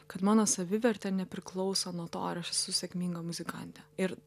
kad mano savivertė nepriklauso nuo to ar aš esu sėkminga muzikantė ir